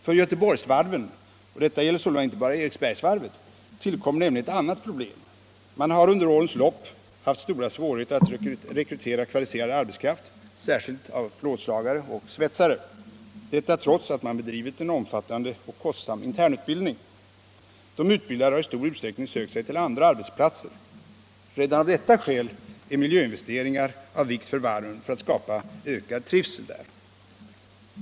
För Göteborgsvarven, och detta gäller sålunda inte bara Eriksbergsvarvet — tillkommer nämligen ett annat problem. Man har under årens lopp haft stora svårigheter att rekrytera kvalificerad arbetskraft, särskilt då plåtslagare och svetsare, och detta trots att man har bedrivit en omfattande och kostsam internutbildning. De utbildade har i stor utsträckning sökt sig till andra arbetsplatser. Redan av detta skäl är miljöinvesteringar av vikt för varven för att skapa ökad trivsel där.